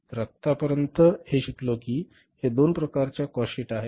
तर आम्ही आतापर्यंत हे शिकलो की हे दोन प्रकारच्या काॅस्ट शीट आहेत